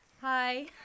hi